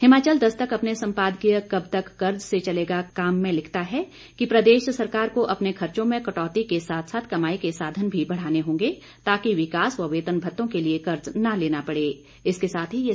हिमाचल दस्तक अपने संपादकीय कब तक कर्ज से चलेगा काम में लिखता है कि प्रदेश सरकार को अपने खर्चो में कटौती के साथ साथ कमाई के साधन भी बढ़ाने होंगे ताकि विकास व वेतन भत्तों के लिए कर्ज न लेना पड़े